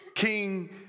King